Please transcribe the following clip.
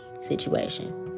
situation